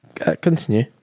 Continue